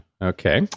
Okay